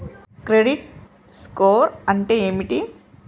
Credit score అంటే ఏమిటి?